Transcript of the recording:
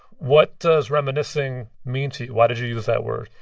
what does reminiscing mean to you? why did you use that word?